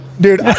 Dude